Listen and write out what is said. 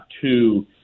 two